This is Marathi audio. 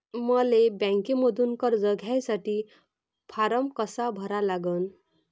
मले बँकेमंधून कर्ज घ्यासाठी फारम कसा भरा लागन?